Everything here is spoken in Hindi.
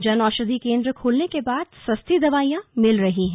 जन औषधि केंद्र खुलने के बाद सस्ती दवाइयां मिल रही हैं